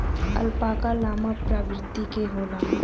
alpaca llama प्रवृत्ति क होला